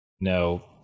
no